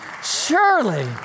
Surely